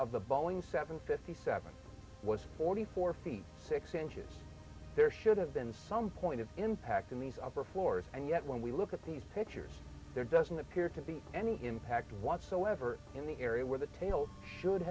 of the boeing seven fifty seven was forty four feet six inches there should have been some point of impact in these upper floors and yet when we look at these pictures there doesn't appear to be any impact whatsoever in the area where the tail should